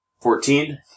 Fourteen